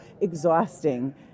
exhausting